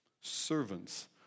Servants